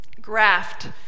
Graft